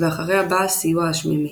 ואחריה בא הסיוע השמיימי.